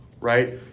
right